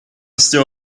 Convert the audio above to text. still